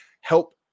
help